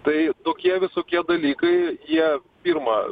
tai tokie visokie dalykai jie pirma